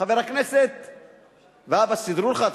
חבר הכנסת והבה, סידרו לך?